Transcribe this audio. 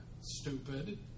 stupid